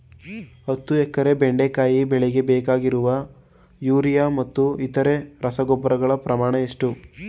ಹತ್ತು ಎಕರೆ ಬೆಂಡೆಕಾಯಿ ಬೆಳೆಗೆ ಬೇಕಾಗುವ ಯೂರಿಯಾ ಮತ್ತು ಇತರೆ ರಸಗೊಬ್ಬರಗಳ ಪ್ರಮಾಣ ಎಷ್ಟು?